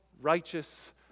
righteous